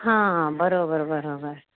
हां हां बरोबर बरोबर